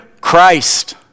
Christ